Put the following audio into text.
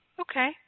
Okay